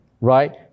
right